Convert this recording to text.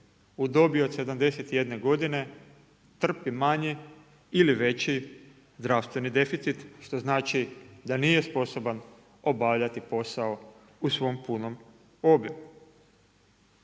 u dobi od 71 godine trpi manji ili veći zdravstveni deficit što znači da nije sposoban obavljati posao u svom punom obimu.